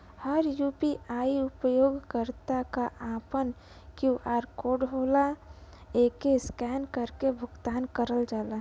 हर UPI उपयोगकर्ता क आपन क्यू.आर कोड होला एके स्कैन करके भुगतान करल जाला